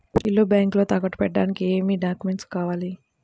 ఇల్లు బ్యాంకులో తాకట్టు పెట్టడానికి ఏమి డాక్యూమెంట్స్ కావాలి?